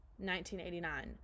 1989